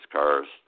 cars